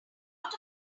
lot